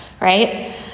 right